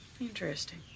Interesting